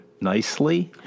nicely